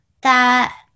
that-